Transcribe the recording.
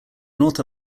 north